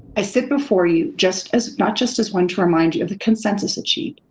i sit before you just as, not just as one to remind you of the consensus achieved,